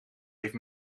heeft